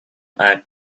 act